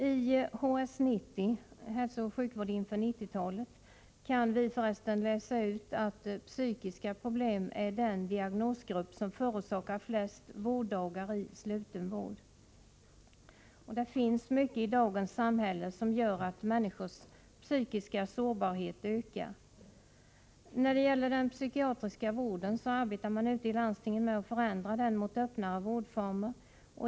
I HS 90 — utredningen om hälsooch sjukvård inför 1990-talet — kan vi förresten läsa ut att människor med psykiska problem är den diagnosgrupp som förorsakar flest vårddagar i sluten vård. Det finns mycket i dagens samhälle som gör att människors psykiska sårbarhet ökar. När det gäller den psykiatriska vården arbetar man ute i landstingen med att förändra denna i riktning mot öppnare vårdformer.